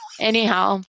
anyhow